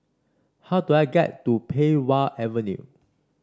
how do I get to Pei Wah Avenue